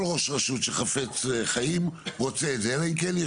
היועץ המשפטי, בשתי מילים על הסעיף הראשון.